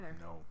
No